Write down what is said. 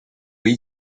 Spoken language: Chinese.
围棋